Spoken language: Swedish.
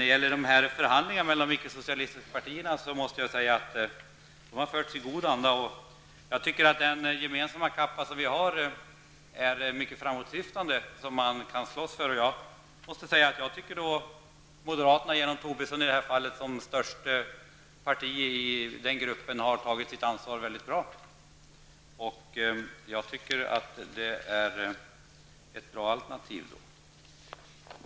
Jag måste säga att förhandlingarna mellan de ickesocialistiska partierna har förts i god anda. Jag tycker att den gemensamma kappa som vi har är mycket framåtsyftande och något som man kan slåss för. Jag måste också framhålla att jag tycker att moderaterna genom Lars Tobisson i det här fallet som största parti i den aktuella gruppen har tagit sitt ansvar på ett mycket bra sätt. Det är alltså fråga om ett bra alternativ.